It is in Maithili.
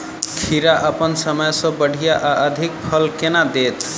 खीरा अप्पन समय सँ बढ़िया आ अधिक फल केना देत?